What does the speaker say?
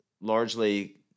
largely